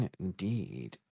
indeed